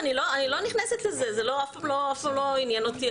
אני לא נכנסת לזה, זה אף פעם לא עניין אותי.